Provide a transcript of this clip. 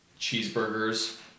cheeseburgers